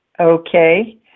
Okay